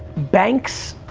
banks,